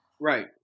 Right